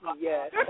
Yes